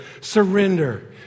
Surrender